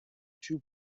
too